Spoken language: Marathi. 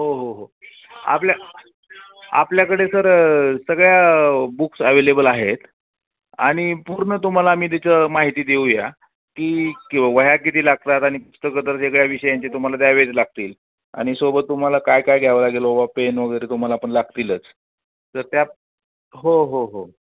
हो हो हो आपल्या आपल्याकडे सर सगळ्या बुक्स ॲवेलेबल आहेत आणि पूर्ण तुम्हाला आम्ही तिचं माहिती देऊया की किती वह्या किती लागतात आणि पुस्तकं तर सगळ्या विषयांचे तुम्हाला द्यावेच लागतील आनि सोबत तुम्हाला काय काय घ्यावं लागेल बुवा पेन वगैरे तुम्हाला पण लागतीलच तर त्या हो हो हो